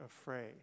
afraid